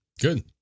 Good